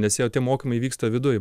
nes jie tie mokymai vyksta viduj